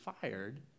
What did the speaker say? fired